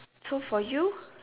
so for you